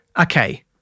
okay